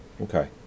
okay